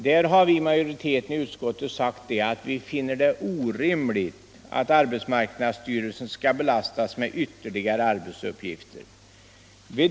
Där har majoriteten i utskottet sagt att vi finner det orimligt att arbetsmarknadsstyrelsen skall belastas med ytterligare arbetsuppgifter.